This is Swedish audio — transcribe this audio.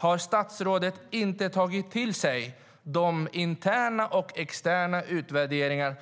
Har du inte tagit till dig de interna och externa utvärderingar